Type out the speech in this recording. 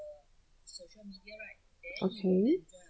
okay